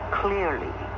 clearly